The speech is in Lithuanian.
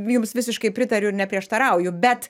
jums visiškai pritariu ir ne prieštarauju bet